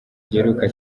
giheruka